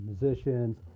musicians